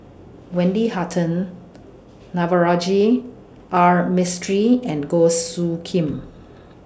Wendy Hutton Navroji R Mistri and Goh Soo Khim